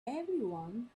everyone